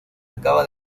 acaba